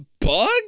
bug